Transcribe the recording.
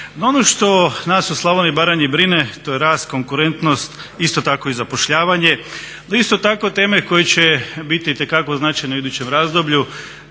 ono što nas u Slavoniji i Baranji brine to je rast, konkurentnost, isto tako i zapošljavanje, no isto tako temelj koji će biti itekako značajan u idućem razdoblju,